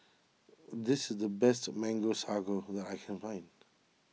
this is the best Mango Sago who I can find